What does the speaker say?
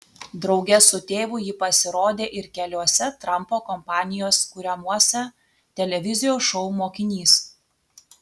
drauge su tėvu ji pasirodė ir keliuose trampo kompanijos kuriamuose televizijos šou mokinys